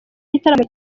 gitaramo